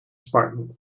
spartan